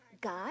god